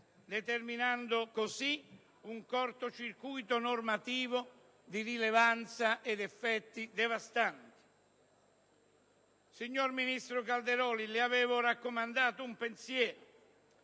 determinando così un corto circuito normativo di rilevanza ed effetti devastanti. Signor ministro Calderoli, le avevo raccomandato un pensiero: